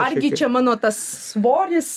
argi čia mano tas svoris